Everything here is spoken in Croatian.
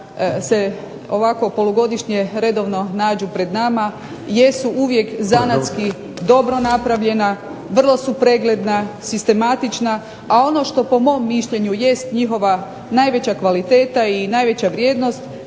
se ovako polugodišnje redovno nađu pred nama jesu uvijek zanatski dobro napravljena, vrlo su pregledna, sistematična, a ono što po mom mišljenju jest njihova najveća kvaliteta i najveća vrijednost,